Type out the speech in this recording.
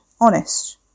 Honest